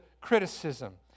criticism